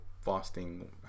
fasting